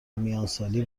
میانسالی